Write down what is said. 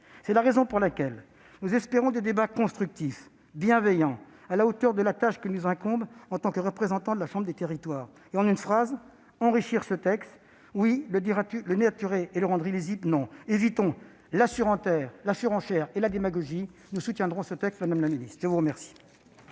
C'est la raison pour laquelle nous espérons des débats constructifs, bienveillants et à la hauteur de la tâche qui nous incombe en tant que représentants de la chambre des territoires. En une phrase : enrichir ce texte, oui, le dénaturer et le rendre illisible, non ! Évitons la surenchère et la démagogie ! Nous soutiendrons ce projet de loi. La parole